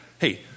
Hey